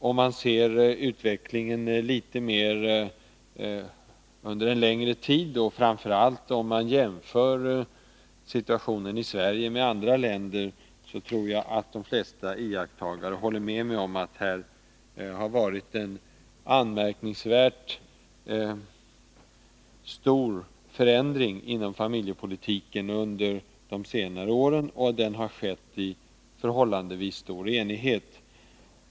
Om man ser till utvecklingen under en längre tid, och framför allt om man jämför situationen med andra länder, tror jag att de flesta iakttagare håller med mig om att det har varit en anmärkningsvärt stor förändring inom familjepolitiken under de senare åren och att den har skett i förhållandevis stor enighet.